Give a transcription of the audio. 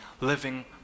living